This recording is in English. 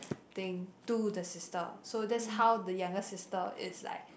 thing to the sister so that's how the younger sister is like